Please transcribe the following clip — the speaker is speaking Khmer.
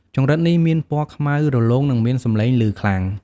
ចង្រិតនេះមានពណ៌ខ្មៅរលោង និងមានសម្លេងលឺខ្លាំង។